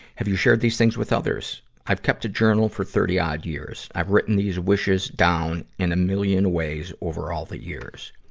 have you shared these things with others? i've kept a journal for thirty odd years. i've written these wishes down in a million ways over all the years.